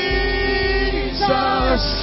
Jesus